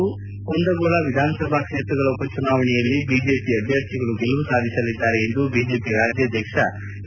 ಚಿಂಚೋಳಿ ಹಾಗೂ ಕುಂದಗೋಳ ವಿಧಾನಸಭಾ ಕ್ಷೇತ್ರಗಳ ಉಪಚುನಾವಣೆಯಲ್ಲಿ ಬಿಜೆಪಿ ಅಭ್ಯರ್ಥಿಗಳು ಗೆಲುವು ಸಾಧಿಸಲಿದ್ದಾರೆ ಎಂದು ಬಿಜೆಪಿ ರಾಜ್ಯಾಧ್ವಕ್ಷ ಬಿ